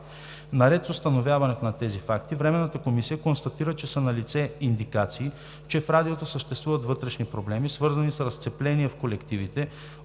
Наред с установяването на тези факти Временната комисия констатира, че са налице индикации, че в Радиото съществуват вътрешни проблеми, свързани с разцепление в колективите,